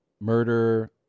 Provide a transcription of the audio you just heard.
murder